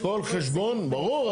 כל חשבון, ברור.